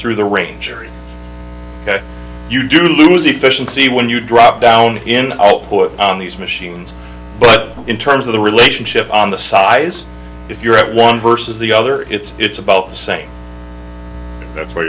through the range jury you do lose efficiency when you drop down in all put on these machines but in terms of the relationship on the size if you're at one versus the other it's it's about the same that's wh